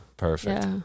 Perfect